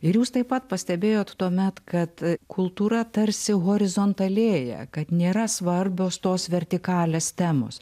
ir jūs taip pat pastebėjot tuomet kad kultūra tarsi horizontalėja kad nėra svarbios tos vertikalės temos